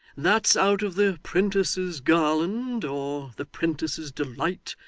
that's out of the prentice's garland or the prentice's delight,